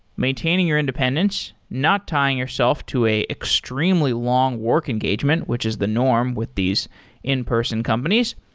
maintaining your independence, not tying yourself to a extremely long work engagement, which is the norm with these in-person companies.